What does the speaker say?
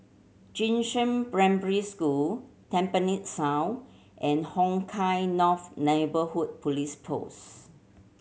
Jing Shan Primary School Tampines South and Hong Kah North Neighbourhood Police Post